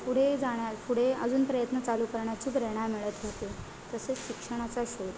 पुढे जाण्या पुढे अजून प्रयत्न चालू करण्याची प्रेरणा मिळत होते तसेच शिक्षणाचा शोध